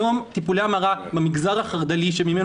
היום טיפולי ההמרה במגזר החרד"לי שממנו